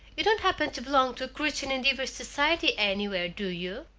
you don't happen to belong to a christian endeavor society anywhere, do you?